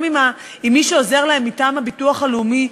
עם מי שעוזר להם מטעם הביטוח הלאומי,